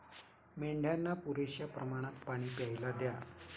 मेंढ्यांना पुरेशा प्रमाणात पाणी प्यायला द्या